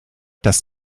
das